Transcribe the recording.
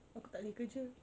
aku tak boleh kerja